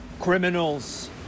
criminals